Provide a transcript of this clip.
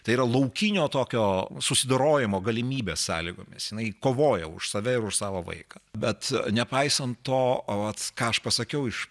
tai yra laukinio tokio susidorojimo galimybės sąlygomis jinai kovoja už save ir už savo vaiką bet nepaisant to o vat ką aš pasakiau iš